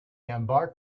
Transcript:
embark